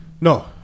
No